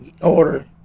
order